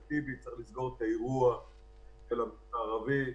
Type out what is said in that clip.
טיבי על כך שצריך לסגור את האירוע של המגזר הערבי.